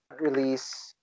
release